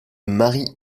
marie